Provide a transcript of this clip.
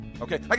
Okay